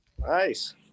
Nice